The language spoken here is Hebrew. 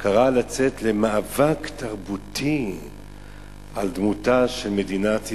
קרא לצאת למאבק תרבותי על דמותה של מדינת ישראל,